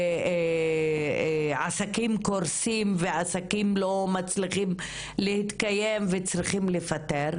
עסקים קורסים ועסקים לא מצליחים להתקיים וצריכים לפטר.